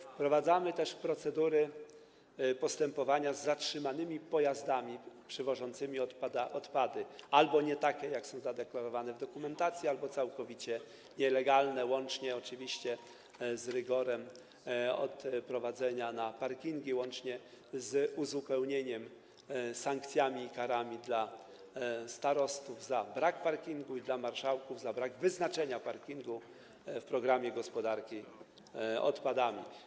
Wprowadzamy też procedury postępowania z zatrzymanymi pojazdami przywożącymi odpady albo nie takie, jak są zadeklarowane w dokumentacji, albo całkowicie nielegalne, łącznie z rygorem odprowadzenia na parkingi, łącznie z uzupełnieniem, jeśli chodzi o sankcje i kary dla starostów za brak parkingu i dla marszałków za brak wyznaczenia parkingu w programie gospodarki odpadami.